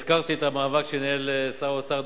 הזכרתי את המאבק שניהל שר האוצר,